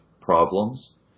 problems